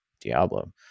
Diablo